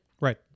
Right